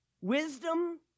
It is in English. wisdom